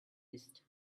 wrist